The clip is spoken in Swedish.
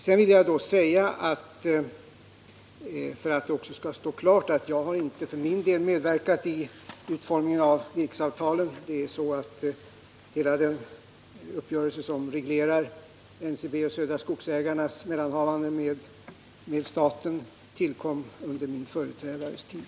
Sedan vill jag säga — för att det också skall stå fullt klart att jag för min del inte medverkat vid utformningen av virkesavtalen — att det är så att hela den uppgörelse som reglerar NCB:s och Södra Skogsägarnas mellanhavanden med staten tillkom under min företrädares tid.